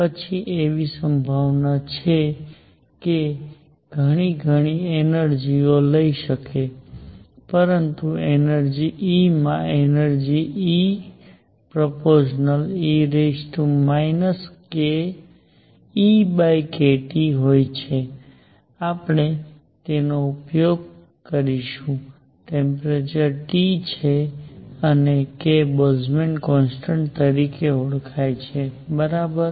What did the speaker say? પછી એવી સંભાવના કે જે ઘણી ઘણી એનર્જી ઓ લઈ શકે છે પરંતુ એનર્જી E માં એનર્જી E∝e EkT હોય છે આપણે તેનો ફરીથી ઉપયોગ કરીશું ટેમ્પરેચર T છે અને k બોલ્ટ્ઝમેન કોન્સ્ટન્ટ તરીકે ઓળખાય છે બરાબર